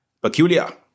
Peculiar